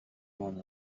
one